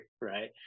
right